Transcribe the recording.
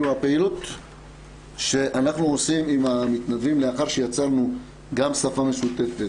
תראו הפעילות שאנחנו עושים עם המתנדבים לאחר שיצרנו גם שפה משותפת,